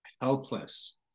helpless